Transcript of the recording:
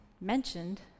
mentioned